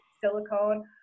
silicone